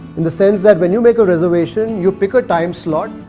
in the sense that, when you make a reservation you pick a time slot.